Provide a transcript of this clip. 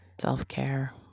Self-care